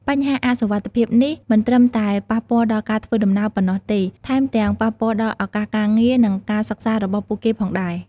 បញ្ហាអសុវត្ថិភាពនេះមិនត្រឹមតែប៉ះពាល់ដល់ការធ្វើដំណើរប៉ុណ្ណោះទេ ថែមទាំងប៉ះពាល់ដល់ឱកាសការងារនិងការសិក្សារបស់ពួកគេផងដែរ។